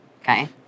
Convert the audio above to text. okay